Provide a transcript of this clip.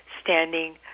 standing